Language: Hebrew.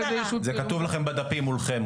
ידי --- זה כתוב לכם בדפים מולכם,